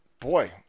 boy